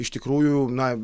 iš tikrųjų na